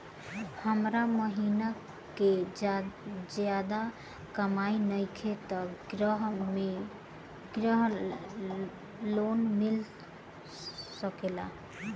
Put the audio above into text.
हमर महीना के ज्यादा कमाई नईखे त ग्रिहऽ लोन मिल सकेला?